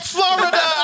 Florida